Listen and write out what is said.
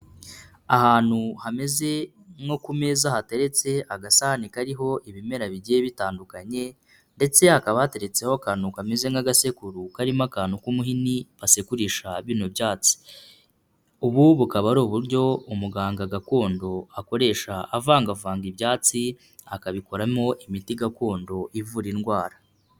Ahantu hameze nko ku meza hateretse agasahani kariho ibimera bigiye bitandukanye, ndetse hakaba hateretseho akantu kameze nk'agasekuru karimo akantu k'umuhini basekurisha bino byatsi. Ubu bukaba ari uburyo umuganga gakondo akoresha avangavanga ibyatsi, akabikoramo imiti gakondo ivura indwara.